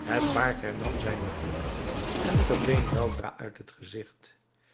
het paard hernam zijne vlugt en verdween weldra uit het gezigt